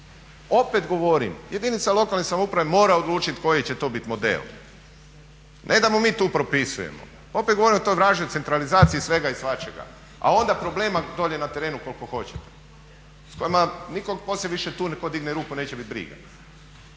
Opet govorim, jedinica lokalne samouprave mora odlučiti koji će to bit model ne da mu mi tu propisujemo. Opet govorim o toj vražjoj centralizaciji svega i svačega, a onda problema dolje na terenu koliko hoćete s kojima nitko poslije više tu podigne ruku neće bit briga.